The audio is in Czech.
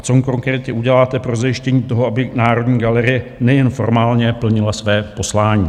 Co konkrétně uděláte pro zajištění toho, aby Národní galerie nejen formálně plnila své poslání?